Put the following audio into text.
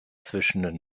zwischen